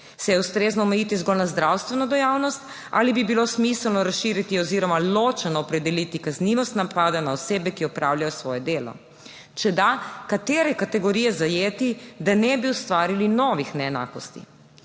Se je ustrezno omejiti zgolj na zdravstveno dejavnost ali bi bilo smiselno razširiti oziroma ločeno opredeliti kaznivost napada na osebe, ki opravljajo svoje delo? Če da, katere kategorije zajeti, da ne bi ustvarili novih neenakosti?